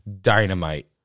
dynamite